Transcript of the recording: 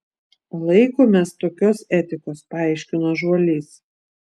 laikomės tokios etikos paaiškino žuolys